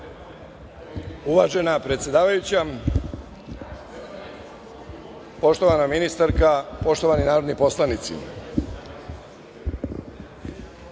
Uvažena predsedavajuća, poštovana ministarka, poštovani narodni poslanici. Kako